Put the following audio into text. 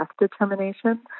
determination